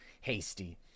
hasty